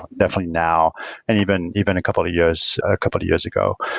definitely now and even even a couple of years a couple of years ago.